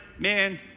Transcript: Man